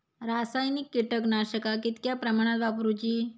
रासायनिक कीटकनाशका कितक्या प्रमाणात वापरूची?